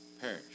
perish